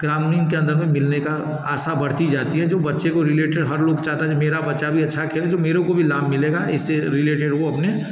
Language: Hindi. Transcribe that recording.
ग्रामीण के अंदर में मिलने का आशा बढ़ती जाती है जो बच्चे को रिलेटेड हर लोग चाहता है जो मेरा बच्चा भी अच्छा खेले जो मेरे को भी लाभ मिलेगा इससे रिलेटेड वो अपने